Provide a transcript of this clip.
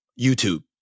YouTube